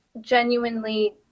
genuinely